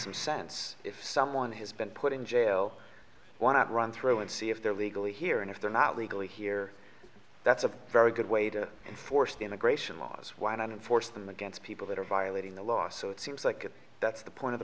some sense if someone has been put in jail i want to run through and see if they're legally here and if they're not legally here that's a very good way to enforce the immigration laws why not enforce them against people that are violating the law so it seems like that's the point of the